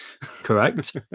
Correct